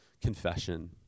confession